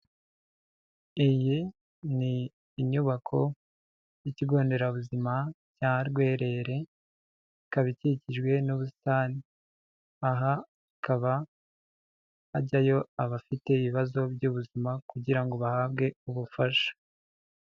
Iyi ni inyubako y'ikigo nderabuzima cya Rwerere, ikaba ikikijwe n'ubusitani, aha hakaba hajyayo abafite ibibazo by'ubuzima kugira ngo bahabwe ubufasha.